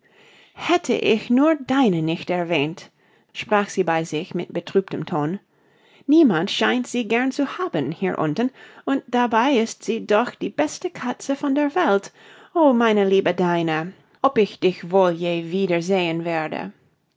hätte ich nur dinah nicht erwähnt sprach sie bei sich mit betrübtem tone niemand scheint sie gern zu haben hier unten und dabei ist sie doch die beste katze von der welt oh meine liebe dinah ob ich dich wohl je wieder sehen werde